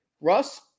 Russ